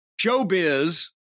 showbiz